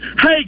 Hey